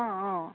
অঁ অঁ